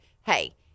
hey